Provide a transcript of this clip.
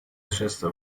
نشسته